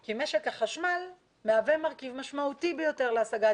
כי משק החשמל מהווה מרכיב משמעותי ביותר להשגת